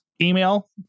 email